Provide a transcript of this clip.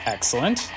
Excellent